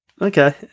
Okay